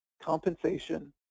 compensation